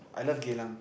I love Geylang